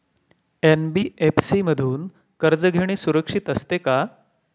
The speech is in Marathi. एन.बी.एफ.सी मधून कर्ज घेणे सुरक्षित असते का?